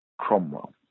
Cromwell